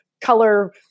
color